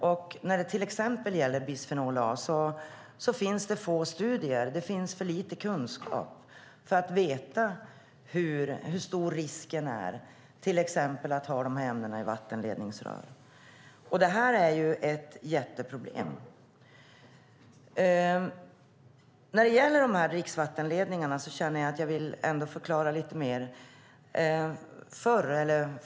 När det gäller till exempel bisfenol A finns det få studier. Det finns för lite kunskap för att vi ska veta hur stor risken är till exempel att ha dessa ämnen i vattenledningsrör. Detta är ett mycket stort problem. När det gäller dessa dricksvattenledningar känner jag att jag ändå vill förklara lite mer.